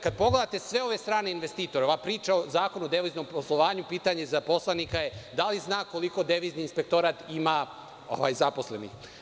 Kad poglade sve ove strane investitore, ova priča o Zakonu o deviznom poslovanju, pitanje za poslanika je – da li zna koliko devizni inspektorat ima zaposlenih?